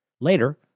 Later